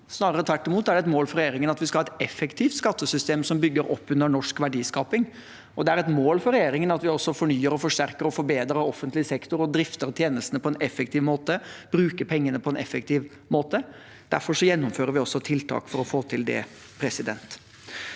Snarere tvert imot er det et mål for regjeringen at vi skal ha et effektivt skattesystem som bygger opp under norsk verdiskaping, og det er et mål for regjeringen at vi også fornyer, forsterker og forbedrer offentlig sektor, drifter tjenestene på en effektiv måte og bruker pengene på en effektiv måte. Derfor gjennomfører vi også tiltak for å få det til.